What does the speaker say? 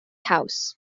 house